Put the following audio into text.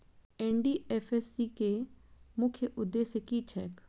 NDFSC केँ मुख्य उद्देश्य की छैक?